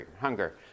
hunger